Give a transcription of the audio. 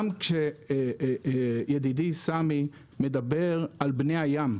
גם כשידידי סמי מדבר על בני הים,